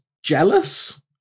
Jealous